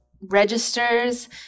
registers